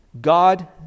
God